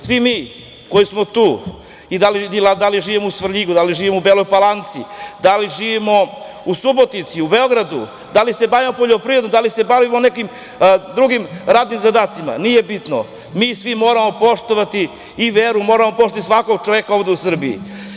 Svi mi koji smo tu, da li živimo u Svrljigu, da li živimo u Beloj Palanci, da li živimo u Subotici, u Beogradu, da li se bavimo poljoprivredom, da li se bavimo nekim drugim radnim zadacima, nije bitno, mi svi moramo poštovati i veru, moramo poštovati svakog čoveka ovde u Srbiji.